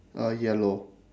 uh yellow